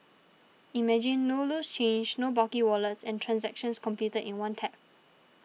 imagine no loose change no bulky wallets and transactions completed in one tap